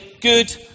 good